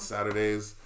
Saturdays